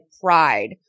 pride